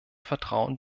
vertrauen